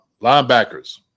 linebackers